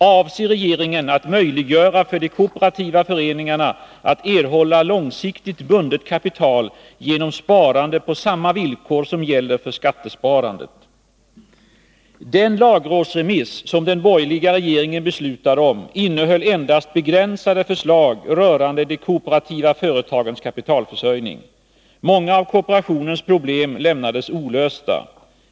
Avser regeringen att möjliggöra för de kooperativa föreningarna att erhålla långsiktigt bundet kapital genom sparande på samma villkor som gäller för skattesparandet? Den lagrådsremiss som den borgerliga regeringen beslutade om innehöll endast begränsade förslag rörande de kooperativa företagens kapitalförsörjning. Många av kooperationens problem lämnades olösta.